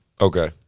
Okay